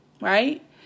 Right